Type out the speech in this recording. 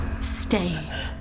Stay